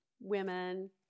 women